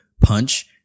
punch